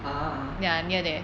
(uh huh) (uh huh)